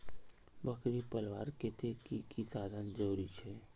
बकरी पलवार केते की की साधन जरूरी छे?